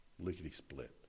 lickety-split